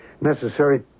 necessary